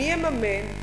מי יממן?